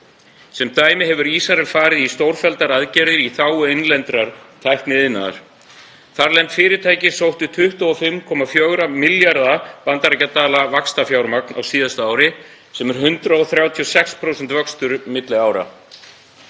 Sem dæmi hefur Ísrael farið í stórfelldar aðgerðir í þágu innlends tækniiðnaðar. Þarlend fyrirtæki sóttu 25,4 milljarða bandaríkjadala vaxtarfjármagn á síðasta ári sem er 136% vöxtur á milli ára.